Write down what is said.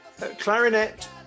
clarinet